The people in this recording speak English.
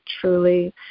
truly